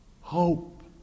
hope